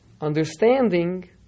understanding